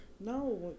no